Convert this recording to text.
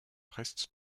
reste